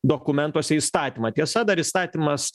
dokumentuose įstatymą tiesa dar įstatymas